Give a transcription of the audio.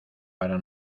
para